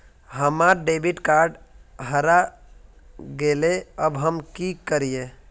हमर debit card हरा गेले अब हम की करिये?